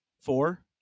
Four